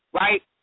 Right